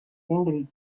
seemed